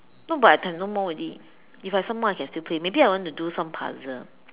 no but I have no more already if I have some more I can still play maybe I want to do some puzzle